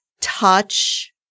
touch